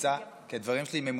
אליו.